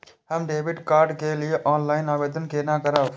हम debit card के लिए ऑनलाइन आवेदन केना करब?